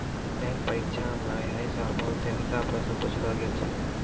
bank परीक्षा म है साल बहुते हल्का प्रश्न पुछलो गेल छलै